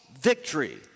victory